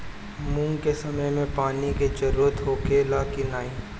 मूंग के समय मे पानी के जरूरत होखे ला कि ना?